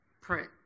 print